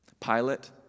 Pilate